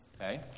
Okay